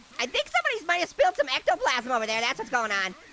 i think somebody might spilled some ectoplasm over there. that's what's going on.